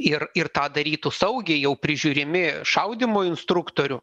ir ir tą darytų saugiai jau prižiūrimi šaudymo instruktorių